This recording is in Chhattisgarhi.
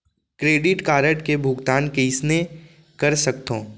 क्रेडिट कारड के भुगतान कइसने कर सकथो?